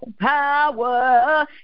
power